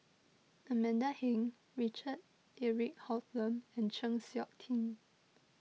Amanda Heng Richard Eric Holttum and Chng Seok Tin